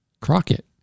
Crockett